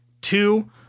two